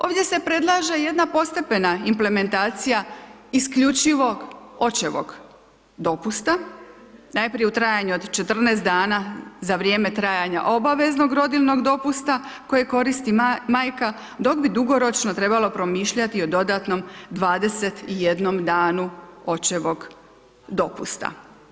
Ovdje se predlaže jedna postepena implementacija isključivog očevog dopusta, najprije u trajanju od 14 dana za vrijeme trajanja obaveznog rodiljnog dopusta kojeg koristi majka dok bi dugoročno trebalo promišljati o dodatnom 21 danu očevog dopusta.